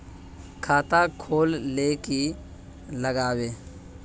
खाता खोल ले की लागबे?